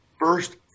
First